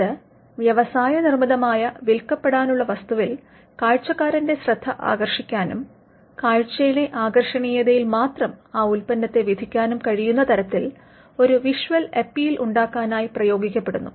ഇത് വ്യവസായ നിർമിതമായ വില്കപ്പെടാനുള്ള വസ്തുവിൽ കാഴ്ചകാരൻറെ ശ്രദ്ധ ആകർഷിക്കാനും കാഴ്ചയിലെ ആകർഷണീയതയിൽ മാത്രം ആ ഉത്പന്നത്തെ വിധിക്കാനും കഴിയുന്ന തരത്തിൽ ഒരു വിഷ്വൽ അപ്പീൽ ഉണ്ടാക്കാനായി പ്രയോഗിക്കപ്പെടുന്നു